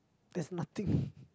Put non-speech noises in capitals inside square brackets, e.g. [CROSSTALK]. there's nothing [BREATH]